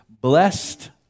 Blessed